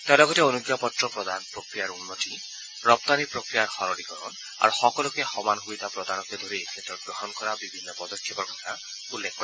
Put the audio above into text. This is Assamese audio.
তেওঁ লগতে অনুজ্ঞাপত্ৰ প্ৰদান প্ৰক্ৰিয়াৰ উন্নতি ৰপ্তানি প্ৰক্ৰিয়াৰ সৰলিকৰণ আৰু সকলোকে সমান সুবিধা প্ৰদানকে ধৰি এইক্ষেত্ৰত গ্ৰহণ কৰা বিভিন্ন পদক্ষেপৰ কথা উল্লেখ কৰে